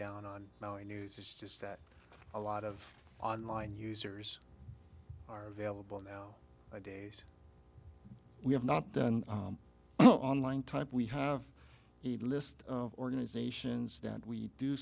down on news it's just that a lot of online users are available now days we have not done online type we have a list of organizations that we do